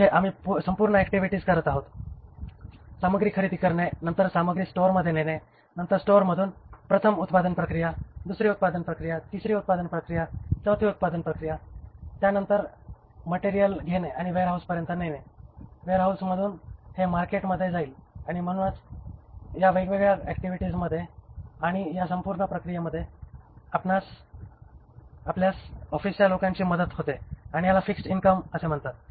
म्हणजे आम्ही संपूर्ण ऍक्टिव्हिटीज करत आहोत सामग्री खरेदी करणे नंतर सामग्री स्टोअरमध्ये नेणे नंतर स्टोअरमधून प्रथम उत्पादन प्रक्रिया दुसरी उत्पादन प्रक्रिया तिसरी उत्पादन प्रक्रिया चौथी उत्पादन प्रक्रिया त्यानंतर मटेरियल घेणे आणि वेअरहाऊस पर्यंत नेणे वेअरहाऊस मधून हे मार्केटमध्ये जाईल आणि म्हणूनच या वेगवेगळ्या ऍक्टिव्हिटीजमध्ये आणि या संपूर्ण प्रक्रियेमध्ये आपल्यास ऑफिसच्या लोकांची मदत होते आणि याला फिक्स्ड इनकम म्हणतात